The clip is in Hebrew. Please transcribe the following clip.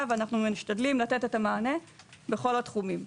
ואנחנו משתדלים לתת את המענה בכל התחומים.